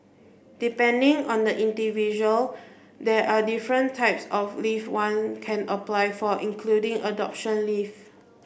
depending on the individual there are different types of leave one can apply for including adoption leave